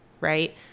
right